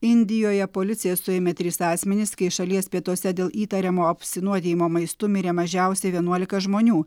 indijoje policija suėmė tris asmenis kai šalies pietuose dėl įtariamo apsinuodijimo maistu mirė mažiausiai vienuolika žmonių